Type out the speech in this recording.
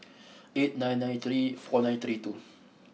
eight nine nine three four nine three two